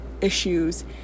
issues